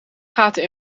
gaten